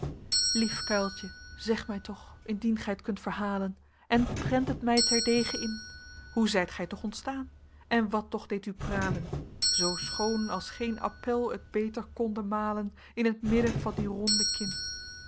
lief kuiltje zeg mij toch indien gij t kunt verhalen en prent het mij ter dege in hoe zijt gij toch ontstaan en wat toch deed u pralen zoo schoon als geen apèl het beter konde malen in t midden van die ronde kin